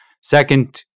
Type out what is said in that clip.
Second